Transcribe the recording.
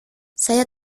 saya